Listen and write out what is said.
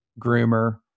groomer